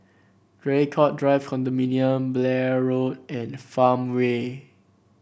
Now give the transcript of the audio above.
Draycott Drive Condominium Blair Road and Farmway